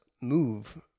move